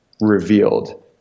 revealed